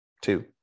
two